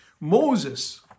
Moses